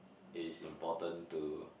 it is important to